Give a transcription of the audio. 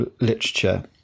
literature